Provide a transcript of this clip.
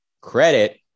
credit